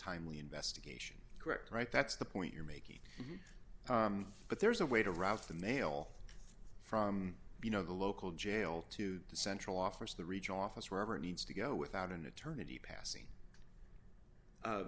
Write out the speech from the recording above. timely investigation correct right that's the point you're making but there is a way to rouse the mail from you know the local jail to the central office the regional office whoever needs to go without an eternity passing